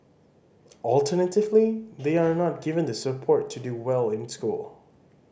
alternatively they are not given the support to do well in school